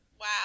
Wow